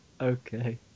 Okay